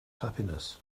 happiness